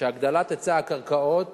שהגדלת היצע הקרקעות